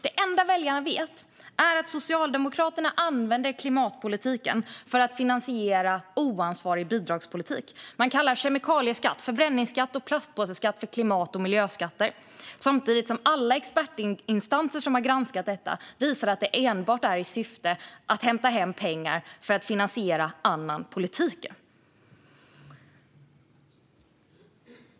Det enda väljarna vet är att Socialdemokraterna använder klimatpolitiken för att finansiera oansvarig bidragspolitik. Man kallar kemikalieskatt, förbränningsskatt och plastspåseskatt för klimat och miljöskatter samtidigt som alla expertinstanser som har granskat detta visar att det enbart är i syfte att hämta hem pengar för att finansiera annan politik.